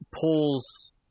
pulls